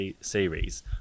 series